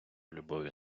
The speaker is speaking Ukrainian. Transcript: любові